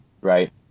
right